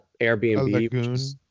Airbnb